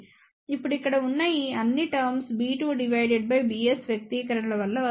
ఇప్పుడుఇక్కడ ఉన్న ఈ అన్ని terms b2 divided by bs వ్యక్తీకరణ వలన వస్తున్నాయి